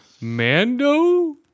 Mando